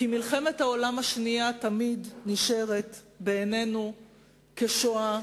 כי מלחמת העולם השנייה תמיד נשארת בעינינו כשואה,